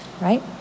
right